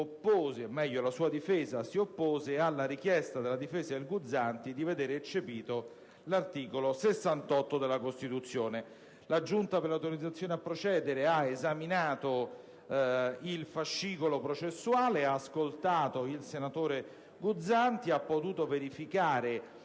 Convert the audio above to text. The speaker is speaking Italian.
alla sua difesa, alla richiesta della difesa del Guzzanti di vedere eccepito l'articolo 68 della Costituzione. La Giunta per le autorizzazioni a procedere ha esaminato il fascicolo processuale, ha ascoltato il senatore Guzzanti e ha potuto verificare